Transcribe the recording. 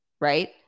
right